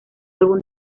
álbum